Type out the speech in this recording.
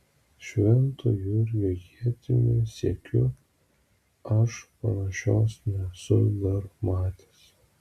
švento jurgio ietimi siekiu aš panašios nesu dar matęs